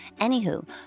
Anywho